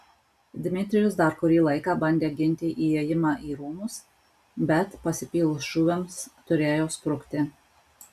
dmitrijus dar kurį laiką bandė ginti įėjimą į rūmus bet pasipylus šūviams turėjo sprukti